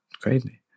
crazy